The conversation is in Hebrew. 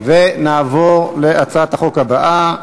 ונעבור להצעת החוק הבאה: